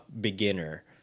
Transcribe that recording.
beginner